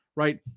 right?